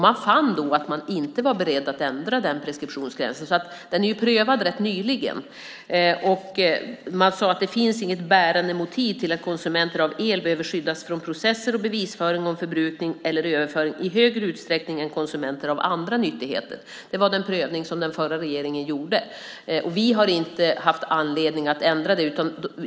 Man fann då att man inte var beredd att ändra preskriptionsgränsen, så den frågan är rätt nyligen prövad. Man sade: Det finns inget bärande motiv till att konsumenter av el behöver skyddas från processer och bevisföring om förbrukning eller överföring i högre utsträckning än konsumenter av andra nyttigheter. Det var den prövning som den förra regeringen gjorde. Vi har inte haft anledning att ändra där.